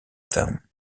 them